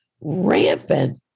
rampant